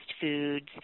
foods